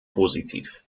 positiv